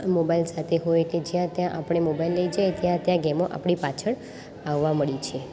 mobile સાથે હોય કે જ્યાં ત્યાં આપણે મોબાઈલ લઈ જઈએ ત્યાં ત્યાં ગેમો આપણી પાછળ આવવા મંડી છે